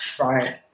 right